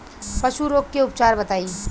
पशु रोग के उपचार बताई?